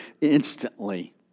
instantly